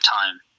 time